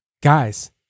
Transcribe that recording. Guys